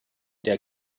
der